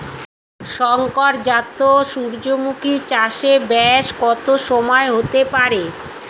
শংকর জাত সূর্যমুখী চাসে ব্যাস কত সময় হতে পারে?